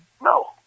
No